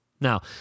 Now